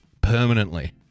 permanently